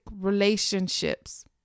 relationships